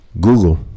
google